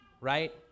Right